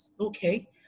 Okay